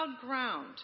ground